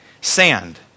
sand